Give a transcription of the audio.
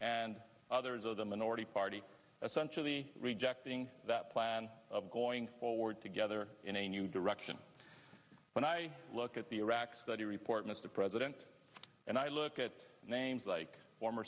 and others of the minority party essentially rejecting that plan of going forward together in a new direction when i look at the iraq study report mr president and i look at names like former